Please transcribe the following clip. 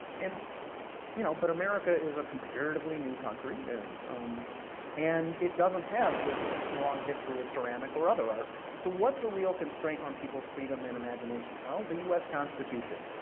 and you know but america is a comparatively new country. and and it doesn't have this long long history of ceramic, or other art, so what's the real constraint on peoples freedom and imagination? well, the us constitution.